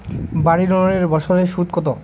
বাড়ি লোনের বছরে সুদ কত?